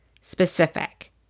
Specific